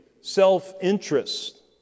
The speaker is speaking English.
self-interest